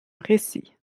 récit